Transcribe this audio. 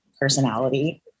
personality